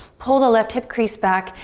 pull the left hip crease back,